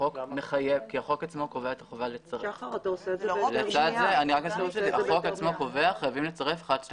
החוק עצמו קובע את החובה לצרף את המסמכים האלה והאלה ושר